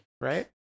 right